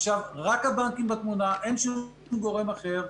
עכשיו רק הבנקים בתמונה, אין שום גורם אחר.